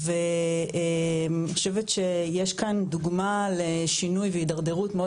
ואני חושבת שיש כאן דוגמה לשינוי והתדרדרות מאוד